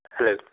hello